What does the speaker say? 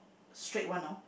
straight one know